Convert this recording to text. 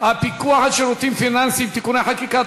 הפיקוח על שירותים פיננסיים (תיקוני חקיקה),